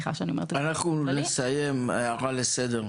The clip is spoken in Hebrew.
הערה לסדר.